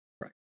Right